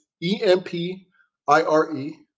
E-M-P-I-R-E